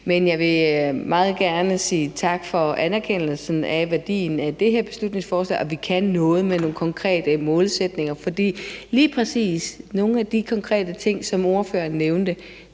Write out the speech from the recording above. Jeg vil meget gerne sige tak for anerkendelsen af værdien af det her beslutningsforslag, og vi kan noget med nogle konkrete målsætninger. For lige præcis i forhold til nogle af de konkrete ting, som ordføreren nævnte,